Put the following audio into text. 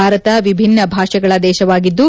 ಭಾರತ ವಿಭಿನ್ಯ ಭಾಷೆಗಳ ದೇಶವಾಗಿದ್ದು